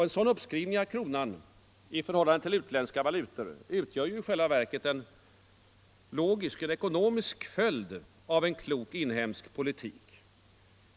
En sådan uppskrivning av kronan i förhållande till utländska valutor utgör i själva verket en logisk ekonomisk följd av en klok inhemsk politik.